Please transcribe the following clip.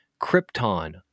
Krypton